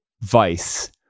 vice